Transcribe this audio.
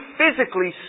physically